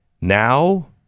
Now